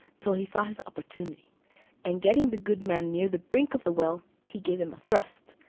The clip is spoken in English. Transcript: till he saw his opportunity and getting the good man near the brink of the well, he gave him a thrust,